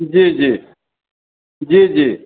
जी जी जी जी